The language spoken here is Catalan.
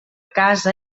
casa